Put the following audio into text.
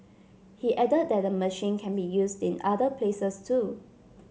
he added that the machine can be used in other places too